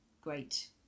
great